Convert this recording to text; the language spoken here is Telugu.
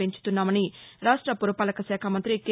పెంచుతున్నామని రాష్ట పురపాలక శాఖ మంతి కె